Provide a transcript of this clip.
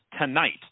tonight